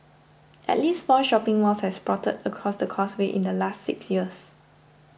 at least four shopping malls have sprouted across the Causeway in the last six years